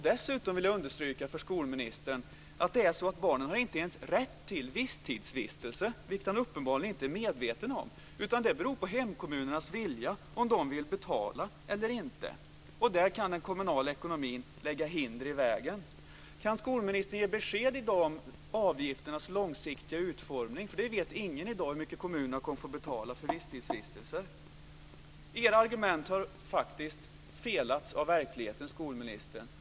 Dessutom vill jag understryka för skolministern att barnen inte ens har rätt till visstidsvistelse, vilket han uppenbarligen inte är medveten om. Det beror på hemkommunernas vilja om de vill betala eller inte, och där kan en kommunal ekonomi lägga hinder i vägen. Kan skolministern i dag ge besked om avgifternas långsiktiga utformning? Ingen vet nämligen i dag hur mycket kommunerna kommer att få betala för visstidsvistelser. Era argument har faktiskt vederlagts av verkligheten, skolministern.